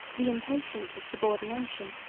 the impatience of subordination,